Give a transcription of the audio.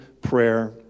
prayer